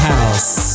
House